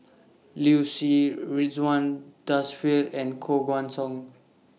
Liu Si Ridzwan Dzafir and Koh Guan Song